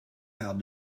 how